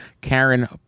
Karen